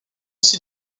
aussi